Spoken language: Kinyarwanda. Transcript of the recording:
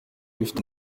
bifite